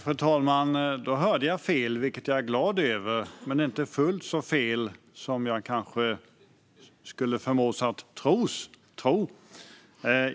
Fru talman! Då hörde jag fel, vilket jag är glad över, men inte fullt så fel som jag kanske skulle förmås att tro.